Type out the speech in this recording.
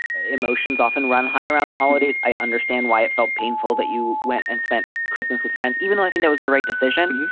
emotions often run high around the holidays. i understand why it felt painful that you went and spent christmas with friends, even though i think that was the right decision.